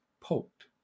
poked